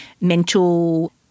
mental